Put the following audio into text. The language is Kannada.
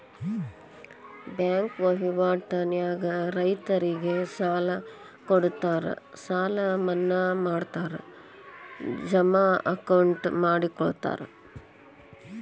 ಬ್ಯಾಂಕ್ ವಹಿವಾಟ ನ್ಯಾಗ ರೈತರಿಗೆ ಸಾಲ ಕೊಡುತ್ತಾರ ಸಾಲ ಮನ್ನಾ ಮಾಡ್ತಾರ ಜಮಾ ಅಕೌಂಟ್ ಮಾಡಿಕೊಡುತ್ತಾರ